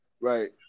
Right